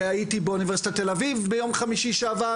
והייתי באוניברסיטת תל אביב בשבוע שעבר.